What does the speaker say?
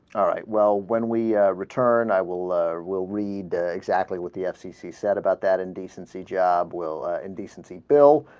all right well when we ah. return i will will re need exactly with the f c c said about that indecency job will indecency bill